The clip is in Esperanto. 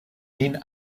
lin